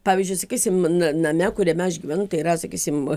pavyzdžiui sakysim na name kuriame aš gyvenu tai yra sakysim